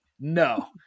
No